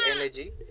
energy